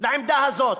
לעמדה הזאת.